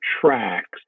tracks